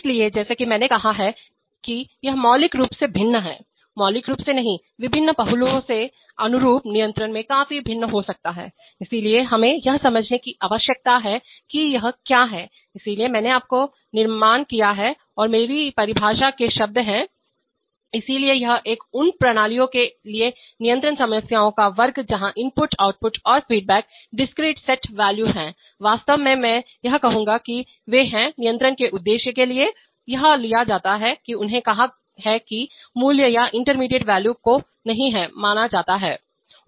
इसलिए जैसा कि मैंने कहा कि यह मौलिक रूप से भिन्न है मौलिक रूप से नहीं विभिन्न पहलुओं से अनुरूप नियंत्रण से काफी भिन्न हो सकता है इसलिए हमें यह समझने की आवश्यकता है कि यह क्या है इसलिए मैंने इसका निर्माण किया और यह मेरी परिभाषा के शब्द हैं इसलिए यह एक है उन प्रणालियों के लिए नियंत्रण समस्याओं का वर्ग जहां इनपुट आउटपुट और फीडबैक डिस्क्रीट सेट वॉल्यू हैं वास्तव में मैं यह कहूंगा कि वे हैं नियंत्रण के उद्देश्य के लिए यह लिया जाता है कि उन्होंने कहा कि मूल्य यह इंटरमीडिएट वॉल्यू को नहीं हैं माना जाता है